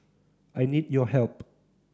I need your help